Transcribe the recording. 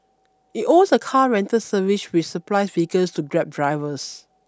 it owns a car rental service which supplies vehicles to Grab drivers